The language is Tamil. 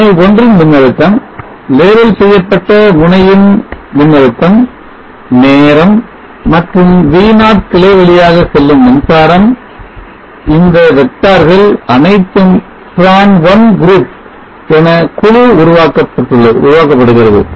முனை 1 ன் மின்னழுத்தம் label செய்யப்பட்ட முனையின் மின்னழுத்தம் நேரம் மற்றும் V0 கிளை வழியாக செல்லும் மின்சாரம் இந்த விட்டார்கள் அனைத்தும் tran1 group என ஒரு குழுவாக்கப்படுகிறது